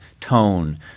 tone